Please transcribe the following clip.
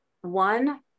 one